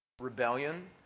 Rebellion